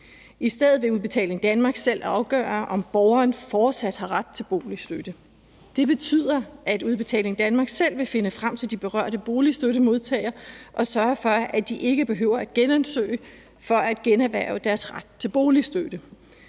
I stedet vil Udbetaling Danmark selv afgøre, om borgeren fortsat har ret til boligstøtte. Det betyder, at Udbetaling Danmark selv vil finde frem til de berørte boligstøttemodtagere og sørge for, at de ikke behøver at genansøge for at generhverve deres ret til boligstøtte.